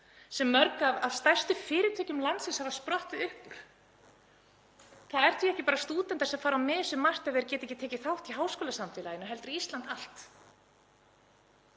sem mörg af stærstu fyrirtækjum landsins hafa sprottið upp úr. Það eru því ekki bara stúdentar sem fara á mis við margt ef þeir geta ekki tekið þátt í háskólasamfélaginu heldur Ísland allt.